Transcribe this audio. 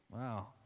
Wow